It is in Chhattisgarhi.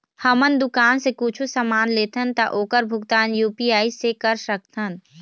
हमन दुकान से कुछू समान लेथन ता ओकर भुगतान यू.पी.आई से कर सकथन?